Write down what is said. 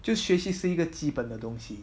就学习是一个基本的东西